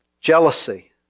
Jealousy